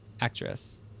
actress